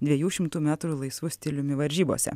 dviejų šimtų metrų laisvu stiliumi varžybose